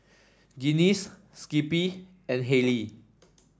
Guinness Skippy and Haylee